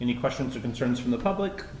any questions or concerns from the public